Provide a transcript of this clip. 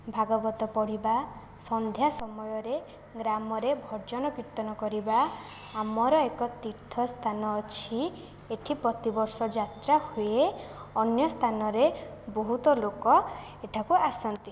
ଭାଗବତ ପଢ଼ିବା ସନ୍ଧ୍ୟା ସମୟରେ ଗ୍ରାମରେ ଭଜନ କୀର୍ତ୍ତନ କରିବା ଆମର ଏକ ତୀର୍ଥ ସ୍ଥାନ ଅଛି ଏଠି ପ୍ରତିବର୍ଷ ଯାତ୍ରା ହୁଏ ଅନ୍ୟ ସ୍ଥାନରେ ବହୁତ ଲୋକ ଏଠାକୁ ଆସନ୍ତି